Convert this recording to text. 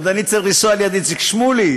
אני עוד צריך לנסוע ליד איציק שמולי,